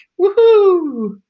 Woohoo